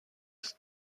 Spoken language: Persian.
سکس